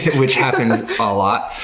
which happens a lot.